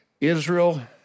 Israel